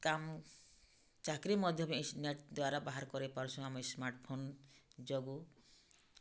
କାମ୍ ଚାକିରୀ ମଧ୍ୟ ନେଟ୍ ଦ୍ୱାରା ବାହାର୍ କରିପାରୁଛୁଁ ଆମେ ସ୍ମାର୍ଟ୍ଫୋନ୍ ଯୋଗୁଁ